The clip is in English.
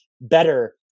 better